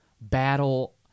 battle